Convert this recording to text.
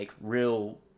real